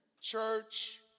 church